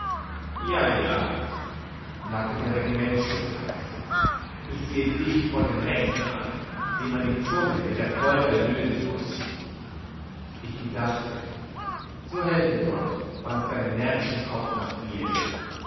ja ja sagte der regimentsschultheiß ich sehe dich vor den rechten an dem man die zunge mit der folter lösen muß ich gedachte so helfe gott wanns deinem närrischen kopf nach